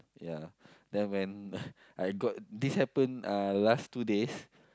yeah then when I got this happened uh last two days